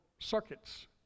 circuits